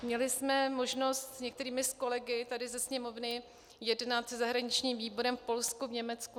Měli jsme možnost s některými kolegy tady ze Sněmovny jednat se zahraničním výborem v Polsku, Německu.